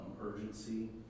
urgency